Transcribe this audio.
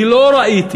אני לא ראיתי,